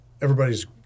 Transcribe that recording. everybody's